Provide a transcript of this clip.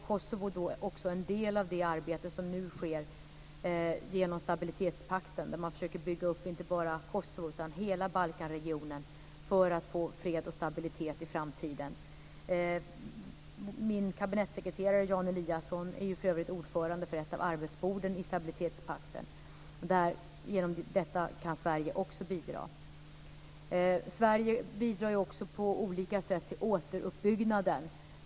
Kosovo är en del av det arbete som nu sker genom stabilitetspakten, där man försöker bygga upp inte bara Kosovo utan hela Balkanregionen för att få fred och stabilitet i framtiden. Min kabinettsekreterare Jan Eliasson är för övrigt ordförande för ett av arbetsborden i stabilitetspakten. Genom detta kan Sverige också bidra. Sverige bidrar också på olika sätt till återuppbyggnaden.